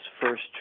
first